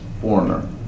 foreigner